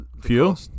fuel